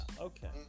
Okay